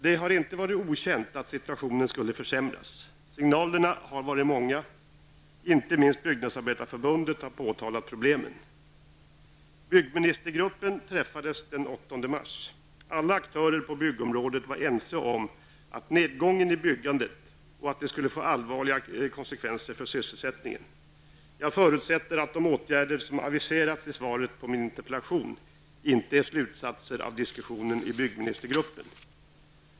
Det har inte varit okänt att situationen skulle försämras. Det har kommit många signaler. De här problemen har påtalats inte minst från Byggnadsarbetareförbundet. Byggministergruppen träffades den 8 mars. Alla aktörer på byggområdet var ense om nedgången i byggandet och om att den skulle få allvarliga konsekvenser för sysselsättningen. Jag förutsätter att de åtgärder som aviseras i svaret på min interpellation inte är någon slutsats av diskussionen i byggministergruppen.